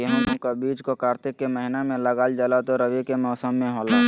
गेहूं का बीज को कार्तिक के महीना में लगा जाला जो रवि के मौसम में होला